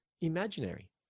imaginary